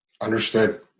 Understood